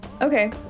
Okay